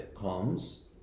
comes